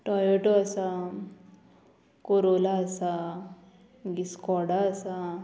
Toyota आसा Corolla आसा मागी स्कॉडा आसा